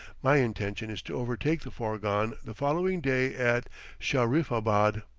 my intention is to overtake the fourgon the following day at shahriffabad.